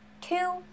Two